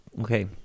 okay